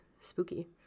spooky